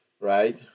right